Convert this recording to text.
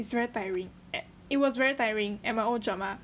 it's very tiring at it was very tiring ah at my old job ah